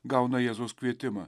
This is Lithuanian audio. gauna jėzaus kvietimą